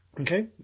Okay